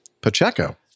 Pacheco